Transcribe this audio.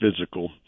physical